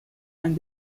and